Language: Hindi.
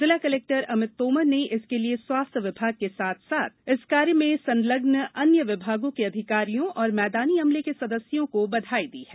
जिला कलेक्टर अमित तोमर ने इसके लिए स्वास्थ्य विभाग के साथ साथ इस कार्य में संलग्न अन्य विभागों के अधिकारियों और मैदानी अमले के सदस्यों को बधाई दी है